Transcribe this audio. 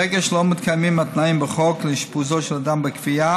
ברגע שלא מתקיימים התנאים בחוק לאשפוזו של אדם בכפייה,